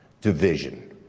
Division